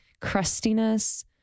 crustiness